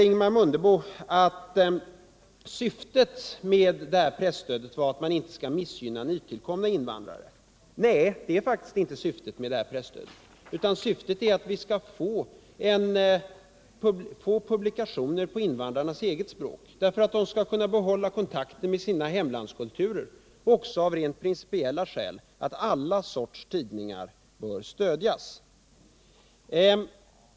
Ingemar Mundebo säger nu att syftet med det här presstödet är att man inte skall missgynna nytillkomna invandrare. Nej, det är det faktiskt inte, utan syftet är att vi skall få publikationer på invandrarnas egna språk för att de skall kunna behålla kontakten med sina hemlandskulturer. Det finns också rent principiella skäl, som att alla sorters tidningar bör stödjas.